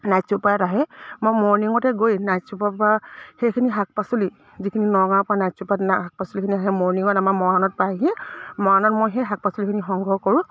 night ছুপাৰত আহে মই মৰ্ণিঙতে গৈ নাইট ছুপাৰৰ পৰা সেইখিনি শাক পাচলি যিখিনি নগাঁৱৰ পৰা নাইট ছুপাৰত শাক পাচলিখিনি আহে মৰ্ণিঙত আমাৰ মৰাণত পাইহিয়ে মৰাণত মই সেই শাক পাচলিখিনি সংগ্ৰহ কৰোঁ